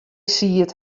siet